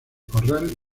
corral